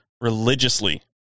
religiously